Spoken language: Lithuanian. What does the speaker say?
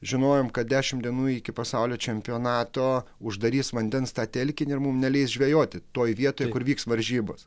žinojom kad dešimt dienų iki pasaulio čempionato uždarys vandens telkinį ir mum neleis žvejoti toj vietoj kur vyks varžybos